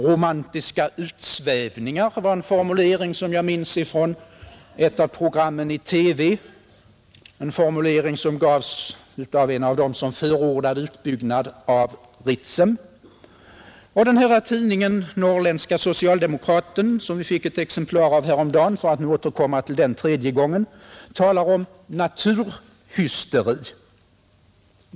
”Romantiska utsvävningar” var en formulering som jag minns från ett av programmen i TV. Den gavs av en av dem som förordade utbyggnad av Ritsem. För att återkomma för tredje gången till tidningen Norrländska Socialdemokraten, som vi fick ett exemplar av häromdagen, kan nämnas att man där talar om ”naturhysteri”.